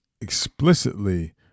explicitly